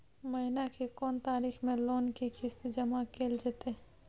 महीना के कोन तारीख मे लोन के किस्त जमा कैल जेतै?